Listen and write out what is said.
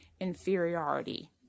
inferiority